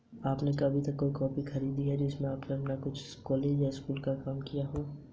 Bill जारी करने वाली कंपनी को भुगतान स्वीकार करने में कितना समय लगेगा?